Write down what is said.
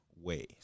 ways